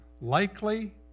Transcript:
likely